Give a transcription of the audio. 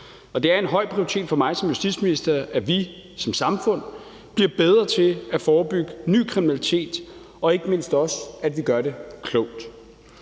Det er en høj prioritet for mig som justitsminister, at vi som samfund bliver bedre til at forebygge ny kriminalitet, og ikke mindst også, at vi gør det klogt.